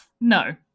no